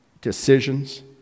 decisions